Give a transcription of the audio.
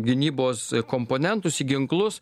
gynybos komponentus į ginklus